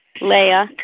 Leah